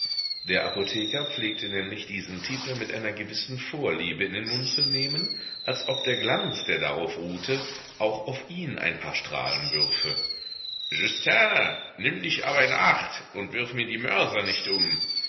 der apotheker pflegte nämlich diesen titel mit einer gewissen vorliebe in den mund zu nehmen als ob der glanz der darauf ruhte auch auf ihn ein paar strahlen würfe justin nimm dich aber in acht und wirf mir die mörser nicht um